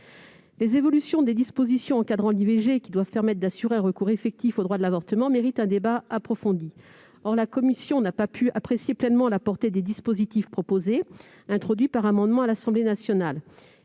Les évolutions des dispositions encadrant l'IVG, qui doivent assurer un recours effectif au droit à l'avortement, méritent un débat approfondi. Or la commission n'a pas pu apprécier pleinement la portée des dispositifs proposés, qui ont été introduits par voie d'amendement à l'Assemblée nationale